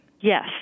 Yes